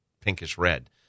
pinkish-red